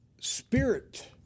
spirit